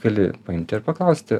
gali paimti ir paklausti